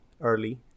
early